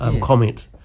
comment